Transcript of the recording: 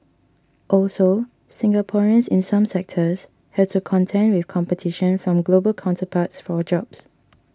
also Singaporeans in some sectors has to contend with competition from global counterparts for jobs